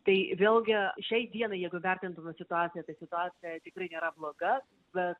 tai vėlgi šiai dienai jeigu vertintumėm situaciją tai situacija tikrai nėra bloga bet